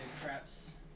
traps